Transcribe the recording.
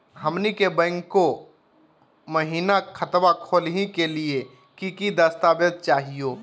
हमनी के बैंको महिना खतवा खोलही के लिए कि कि दस्तावेज चाहीयो?